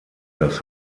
das